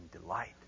delight